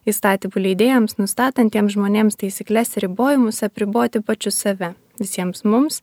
įstatymų leidėjams nustatantiems žmonėms taisykles ribojimus apriboti pačius save visiems mums